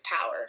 power